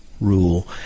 rule